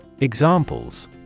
Examples